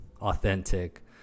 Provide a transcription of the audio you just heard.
authentic